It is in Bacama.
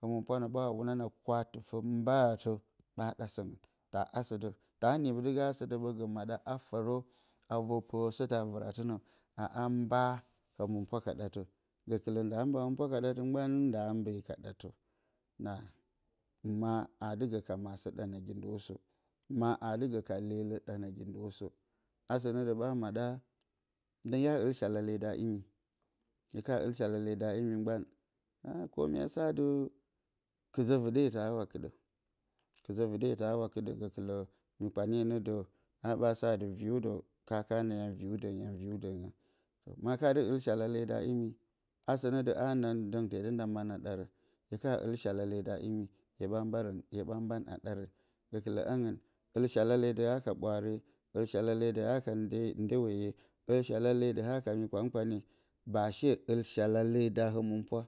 Hǝmɨnpwa nǝ ɓa wa wunam a kwa-tɨfǝ mbaatǝ taa ɗa sǝngɨn. Taa asǝ dǝ ɓǝ gǝ maɗa a vor pǝrǝsǝtǝ a vɨratɨnǝ, a a mba hǝmɨnpwa ka ɗatǝ. Gǝkɨlǝ ndaa mba hǝmɨnpwa ka ɗatǝ mgban, ndaa mbe ka ɗatǝ. Na ma aa dɨ gǝ ka maasǝ ɗa nagi ndo sǝ, ma aa dɨ gǝ lelǝ ɗa nagi ndo sǝ. Asǝ nǝ dǝ ɓa maɗa, dǝng hya ɨl shalale da imi, hye ka ɨl shalale da imi mgban, mya sa atɨ, kɨzǝ vɨɗetǝ aawa kɨɗǝ. Kɨzǝ vɨɗetǝ aawa kɨɗǝ gǝkɨlǝ, mi kpanye nǝ dǝ. A ɓa sa atɨ, viriw dǝ kaakanǝ yang, viriw dǝn yang. Ma ka dɨ ɨl shalale da imi, asǝ nǝ ndǝng te dɨ mban a ɗarǝn. hye ka ɨl shalale da imi, hye ɓa mbarǝn, hye ɓa mban a ɗarǝn. Gǝkɨlǝ angɨn, ɨl shalale dɨ haka ɓwaare, ɨl shalale dɨ haka ndeweye, ɨl shalale dɨ haka mi kpan-kpanye, ba shea ɨl shalele da hǝmɨnpwa.